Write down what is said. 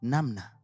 Namna